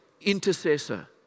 intercessor